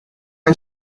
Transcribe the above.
nka